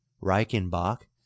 Reichenbach